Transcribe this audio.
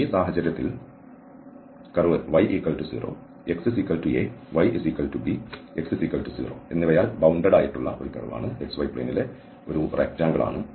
ഈ സാഹചര്യത്തിൽ curve y0xaybx0 എന്നിവയാൽ ബൌണ്ടഡ്ആയിട്ടുള്ള ആണ് xy പ്ലെയിൻലെ ഒരു ദീർഘചതുരം ആണ്